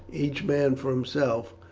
each man for himself,